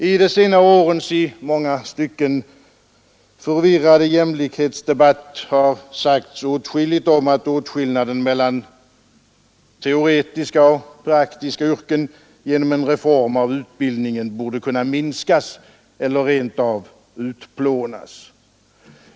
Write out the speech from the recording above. I de senare årens i många stycken förvirrade jämlikhetsdebatt har sagts åtskilligt om att åtskillnaden mellan teoretiska och praktiska yrken genom en reform av utbildningen borde kunna minskas eller rent av utplånas.